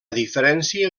diferència